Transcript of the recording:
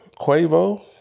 Quavo